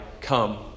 come